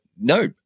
no